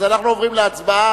אז אנחנו עוברים להצבעה,